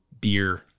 beer